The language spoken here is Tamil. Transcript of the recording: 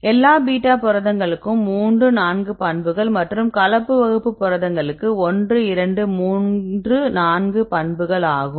எல்லா பீட்டா புரதங்களுக்கு 3 4 பண்புகள் மற்றும் கலப்பு வகுப்பு புரதங்களுக்கு 1 2 3 4 பண்புகள் ஆகும்